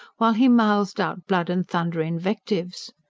while he mouthed out blood-and-thunder invectives.